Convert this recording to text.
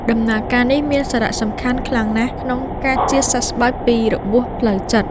ដំណើរការនេះមានសារៈសំខាន់ខ្លាំងណាស់ក្នុងការជាសះស្បើយពីរបួសផ្លូវចិត្ត។